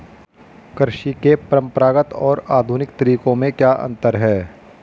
कृषि के परंपरागत और आधुनिक तरीकों में क्या अंतर है?